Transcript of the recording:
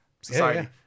society